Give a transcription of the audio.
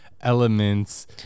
elements